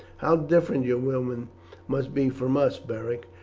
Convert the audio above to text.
how different your women must be from us, beric,